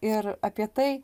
ir apie tai